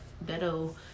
that'll